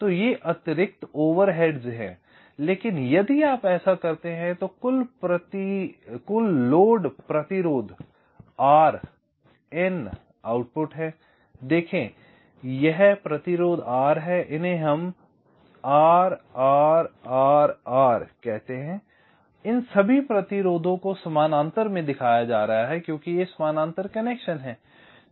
तो ये अतिरिक्त ओवरहेड्स हैं लेकिन यदि आप ऐसा करते हैं तो कुल लोड प्रतिरोध R N आउटपुट हैं देखें यह प्रतिरोध R है इन्हे हम R R R R कहते हैं इन सभी प्रतिरोधों को समानांतर में दिखाया जा रहा है क्योंकि ये समानांतर कनेक्शन हैं